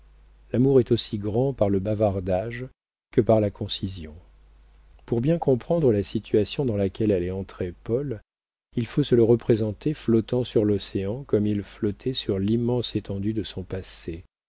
l'amour est aussi grand par le bavardage que par la concision pour bien comprendre la situation dans laquelle allait entrer paul il faut se le représenter flottant sur l'océan comme il flottait sur l'immense étendue de son passé